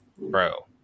bro